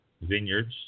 vineyards